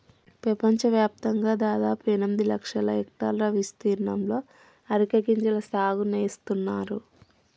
పెపంచవ్యాప్తంగా దాదాపు ఎనిమిది లక్షల హెక్టర్ల ఇస్తీర్ణంలో అరికె గింజల సాగు నేస్తున్నారు